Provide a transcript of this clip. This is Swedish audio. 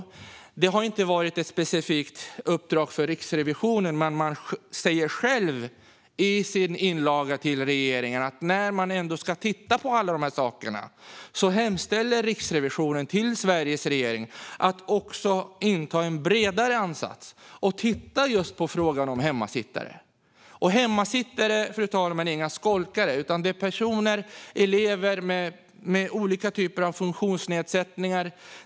Denna fråga har inte varit ett specifikt uppdrag för Riksrevisionen, men i sin inlaga till regeringen hemställer Riksrevisionen till Sveriges regering att ta en bredare ansats och titta på frågan om just hemmasittare. Hemmasittare är inga skolkare utan elever med olika funktionsnedsättningar.